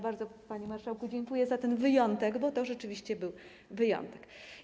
Bardzo, panie marszałku, dziękuję za ten wyjątek, bo to rzeczywiście był wyjątek.